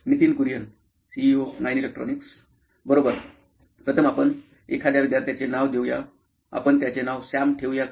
Nitin Kurian COO nine electronics बरोबर प्रथम आपण एखाद्या विद्यार्थ्याचे नाव देऊ या आपण त्याचे नाव सॅम ठेवू या का